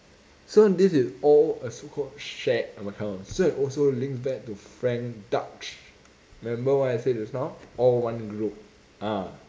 so this is all a so called shared account so it will also link back to frank dutch remember what I said just now all one group ah